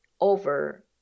over